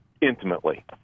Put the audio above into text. intimately